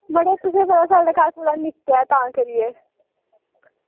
मड़ो साढ़े घर मिस्तरी आये दे तां करियै